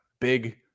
big